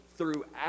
throughout